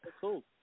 Cool